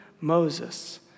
Moses